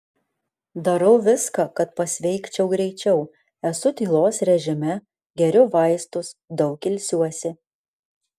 darau viską kad pasveikčiau greičiau esu tylos režime geriu vaistus daug ilsiuosi